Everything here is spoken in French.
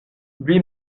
lui